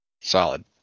Solid